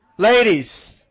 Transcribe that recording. Ladies